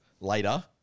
later